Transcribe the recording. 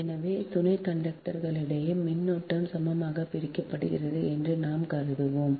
எனவே துணை கண்டக்டர்களிடையே மின்னோட்டம் சமமாக பிரிக்கப்படுகிறது என்று நாம் கருதினோம்